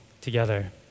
together